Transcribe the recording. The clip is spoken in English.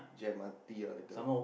which M_R_T ah later